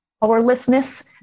powerlessness